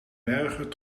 berghut